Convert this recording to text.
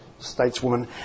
stateswoman